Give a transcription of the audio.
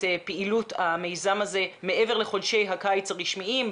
ובעיקר בתקופה הזו שהיא באמת תקופה מאתגרת במיוחד על כל הרבדים שלה.